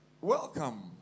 Welcome